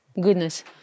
Goodness